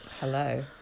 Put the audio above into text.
hello